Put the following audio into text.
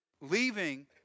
leaving